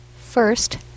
First